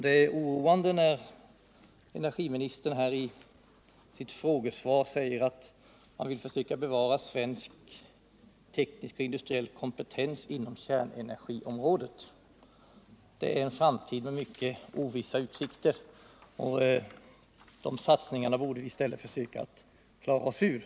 Det är oroande när energiministern i sitt svar säger att han vill försöka bevara svensk teknisk och industriell kompetens inom kärnenergiområdet. Det är en framtid med mycket ovissa utsikter. De satsningarna borde vi i stället försöka klara oss ur.